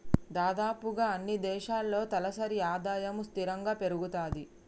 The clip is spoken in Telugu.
దాదాపుగా అన్నీ దేశాల్లో తలసరి ఆదాయము స్థిరంగా పెరుగుతది